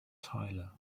tyler